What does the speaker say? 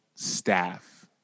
staff